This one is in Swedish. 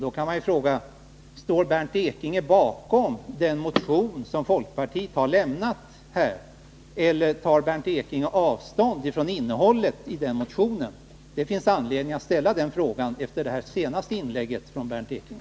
Då kan man fråga: Står Bernt Ekinge bakom den motion som folkpartiet har väckt eller tar Bernt Ekinge avstånd från innehållet i den motionen? Det finns anledning att ställa den frågan efter Bernt Ekinges senaste inlägg.